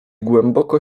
głęboko